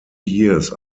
years